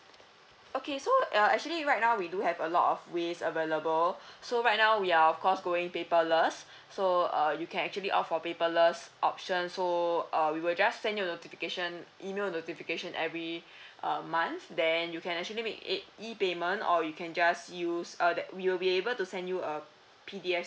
okay so err actually right now we do have a lot of ways available so right now we are of course going paperless so uh you can actually opt for paperless option so uh we will just send you a notification email notification every um month then you can actually make ay~ e payment or you can just use uh that we will be able to send you a P_D_F